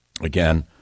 Again